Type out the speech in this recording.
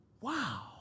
Wow